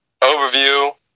overview